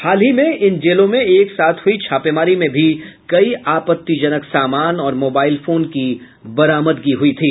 हाल ही में इन जेलों में एक साथ हुई छापेमारी में भी कई आपत्तिजनक सामान और मोबाइल फोन की बरामदगी हुई थी